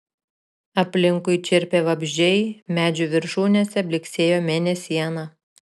aplinkui čirpė vabzdžiai medžių viršūnėse blyksėjo mėnesiena